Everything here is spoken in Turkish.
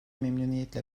memnuniyetle